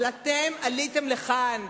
אבל אתם עליתם לכאן,